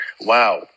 Wow